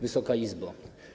Wysoka Izbo!